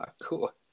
Cool